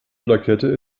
plakette